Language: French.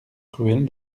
ruelle